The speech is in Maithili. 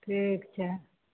ठीक छै